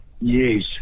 Yes